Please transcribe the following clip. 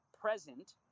present